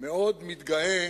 מאוד מתגאה